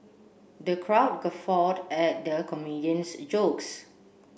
the crowd guffawed at the comedian's jokes